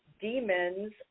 demons